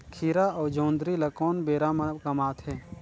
खीरा अउ जोंदरी ल कोन बेरा म कमाथे?